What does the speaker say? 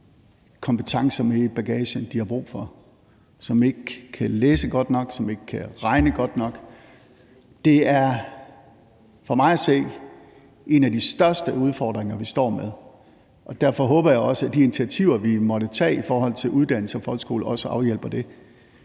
kompetencer med i bagagen, de har brug for, altså som ikke kan læse godt nok, som ikke kan regne godt nok. Det er for mig at se en af de største udfordringer, vi står med, og derfor håber jeg, at de initiativer, vi måtte tage i forhold til uddannelse og folkeskole, også afhjælper det.